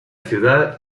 ciudad